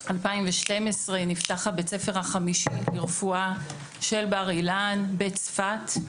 נפתח בית הספר החמישי לרפואה של בר אילן בצפת,